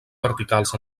verticals